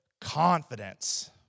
confidence